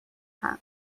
خواهم